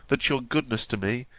that your goodness to me,